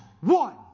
One